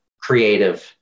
creative